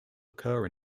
occur